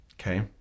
Okay